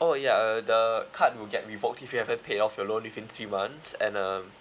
oh yeah uh the card will get revoked if you haven't paid off your loan within three months and um